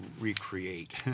recreate